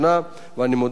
ואני מודה להן על כך.